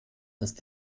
ist